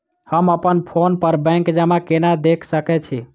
हम अप्पन फोन पर बैंक जमा केना देख सकै छी?